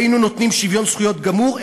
"היינו נותנים שוויון זכויות גמור,